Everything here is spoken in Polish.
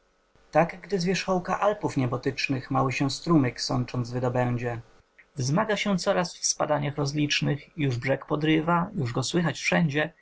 tak gdy z wierzchołka alpów niebotycznych mały się strumyk sącząc wydobędzie wzmaga się coraz w spadaniach rozlicznych już brzeg podrywa już go słychać wszędzie